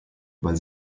weil